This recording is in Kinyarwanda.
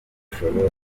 bishobora